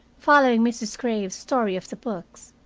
following mrs. graves's story of the books,